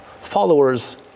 followers